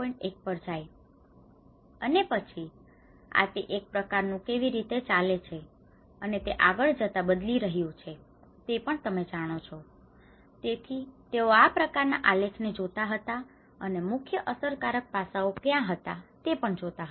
1 પર જાય છે અને પછી આ તે એક પ્રકારનું કેવી રીતે ચાલે છે અને તે આગળ જતા બદલી રહ્યું છે તે તમે જાણો છો તેથી તેઓ આ પ્રકારના આલેખ ને જોતા હતા અને મુખ્ય અસરકારક પાસાઓ ક્યાં હતા તે પણ જોતા હતા